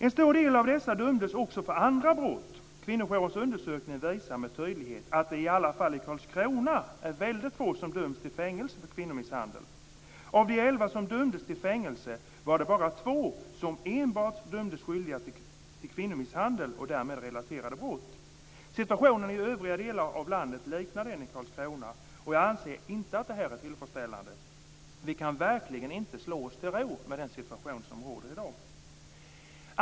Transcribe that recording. En stor del av de åtalade dömdes också för andra brott. Kvinnojourens undersökning visar med tydlighet att det i alla fall i Karlskrona är väldigt få som döms till fängelse för kvinnomisshandel. Av de elva som dömdes till fängelse var det bara två som enbart dömdes skyldiga till kvinnomisshandel och därmed relaterade brott. Situationen i övriga delar av landet liknar den i Karlskrona, och jag anser inte att detta är tillfredsställande. Vi kan verkligen inte slå oss till ro med den situation som råder i dag.